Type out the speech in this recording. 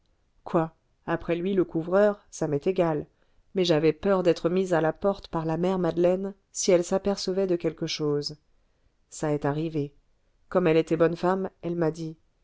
quoi après lui le couvreur ça m'est égal mais j'avais peur d'être mise à la porte par la mère madeleine si elle s'apercevait de quelque chose ça est arrivé comme elle était bonne femme elle m'a dit